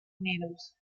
unidos